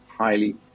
highly